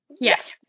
Yes